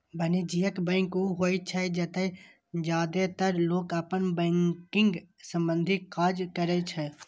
वाणिज्यिक बैंक ऊ होइ छै, जतय जादेतर लोग अपन बैंकिंग संबंधी काज करै छै